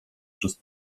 przez